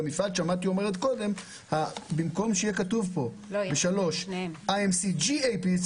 במקום שיהיה כתוב כאן ב-(3) GAP-IMC